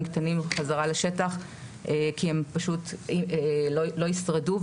קטנים בחזרה לשטח כי הם פשוט לא ישרדו.